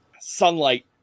sunlight